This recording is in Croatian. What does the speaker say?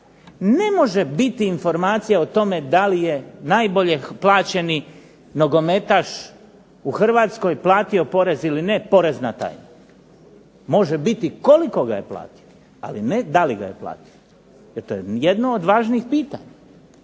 Ne može biti informacija o tome da li je najbolje plaćeni nogometaš u Hrvatskoj platio porez ili ne porez na taj. Može biti koliko ga je platio, ali ne da li ga je platio jer to je jedno od važnijih pitanja.